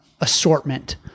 assortment